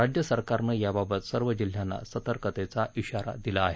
राज्य सरकारने याबाबत सर्व जिल्ह्यांना सतर्कतेचा ध्वाारा दिला आहे